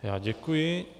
Já děkuji.